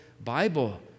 Bible